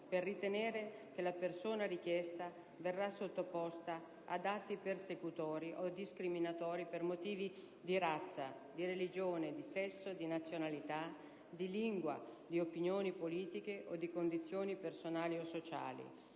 per ritenere che la persona richiesta verrà sottoposta ad atti persecutori o discriminatori per motivi di razza, di religione, di sesso, di nazionalità, di lingua, di opinioni politiche o di condizioni personali o sociali,